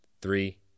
Three